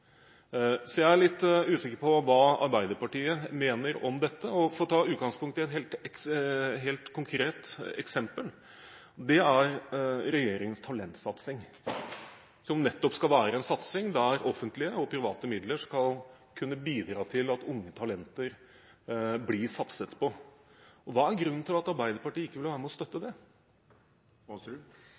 Så jeg er litt usikker på hva Arbeiderpartiet mener om dette. La meg ta utgangspunkt i et helt konkret eksempel, og det er regjeringens talentsatsing, som nettopp skal være en satsing der offentlige og private midler skal kunne bidra til at unge talenter blir satset på. Hva er grunnen til at Arbeiderpartiet ikke ville være med og støtte det?